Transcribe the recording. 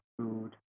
food